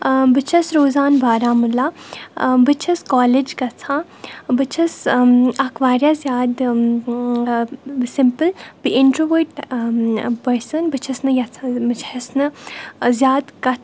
ٲں بہٕ چھَس روزان بارہمولہ ٲں بہٕ چھَس کالج گژھان بہٕ چھَس اَکھ واریاہ زیادٕ سِمپٕل بیٚیہِ اِنٹرٛوٲٹ پٔرسَن بہٕ چھَس نہٕ یَژھان بہٕ چھَس نہٕ زیادٕ کَتھہٕ